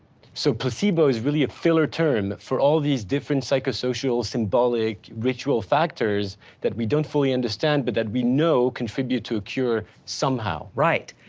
so placebo is really a filler term for all these different psychosocial symbolic ritual factors that we don't fully understand, but that we know contribute to a cure somehow. right?